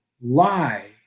lie